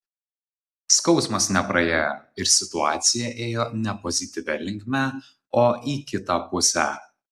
skausmas nepraėjo ir situacija ėjo ne pozityvia linkme o į kitą pusę